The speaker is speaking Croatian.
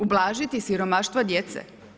Ublažiti siromaštva djece?